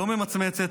שלא ממצמצת,